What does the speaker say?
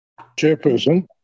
Chairperson